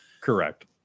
Correct